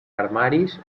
armaris